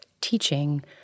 teaching